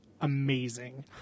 amazing